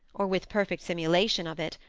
or with perfect simulation of it,